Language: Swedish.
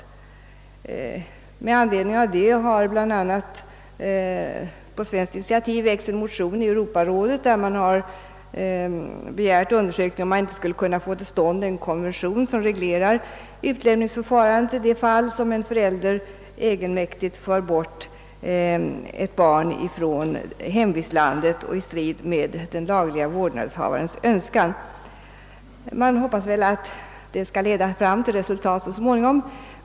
I det avseendet har bl.a. på svenskt initiativ väckts en motion i Europarådet med begäran om undersökning huruvida man inte skulle kunna få till stånd en konvention som reglerar utlämningsförfarandet i de fall då en förälder egenmäktigt och mot den lagliga vårdnadshavarens önskan för bort ett barn från hemvistlandet. Jag får väl hoppas att detta skall leda fram till resultat så småningom...